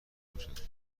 باشد